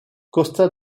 costa